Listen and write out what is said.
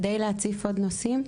כדי להציף עוד נושאים.